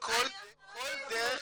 כל דרך